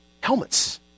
helmets